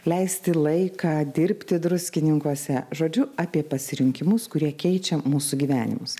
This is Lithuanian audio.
leisti laiką dirbti druskininkuose žodžiu apie pasirinkimus kurie keičia mūsų gyvenimus